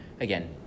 Again